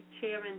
Chairman